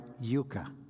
yucca